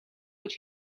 гэж